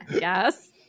Yes